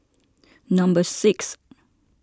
number six